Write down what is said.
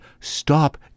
stop